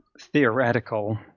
theoretical